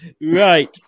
Right